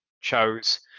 chose